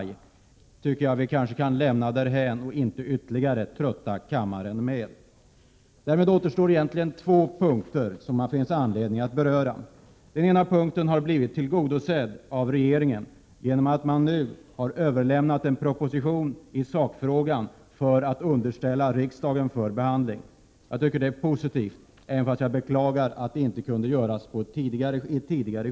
Jag tycker att vi kanske kan lämna detta därhän och inte ytterligare trötta kammaren med denna debatt. Därmed återstår egentligen två punkter som det finns anledning att beröra. Den ena punkten har blivit tillgodosedd genom att regeringen nu har underställt riksdagen en proposition i sakfrågan för behandling. Jag tycker att detta är positivt, även om jag beklagar att det inte kunde göras under ett tidigare skede.